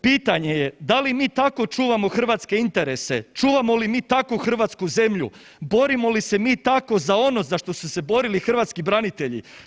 Pitanje je da li mi tako čuvamo hrvatske interese, čuvamo li mi tako hrvatsku zemlju, borimo li se mi tako za ono što su se borili hrvatski branitelji?